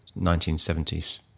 1970s